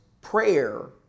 prayer